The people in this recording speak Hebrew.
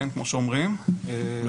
בוודאי.